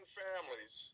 families